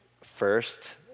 first